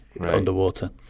underwater